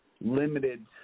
limited